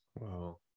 Wow